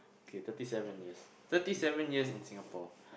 K thirty seven years thirty seven years in Singapore